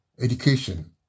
Education